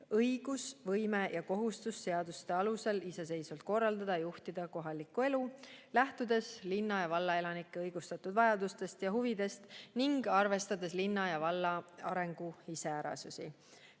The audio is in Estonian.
õigus, võime ja kohustus on seaduste alusel iseseisvalt korraldada ja juhtida kohalikku elu, lähtudes linna ja valla elanike õigustatud vajadustest ja huvidest ning arvestades linna ja valla arengu iseärasusi.